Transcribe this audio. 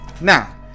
Now